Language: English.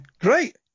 Great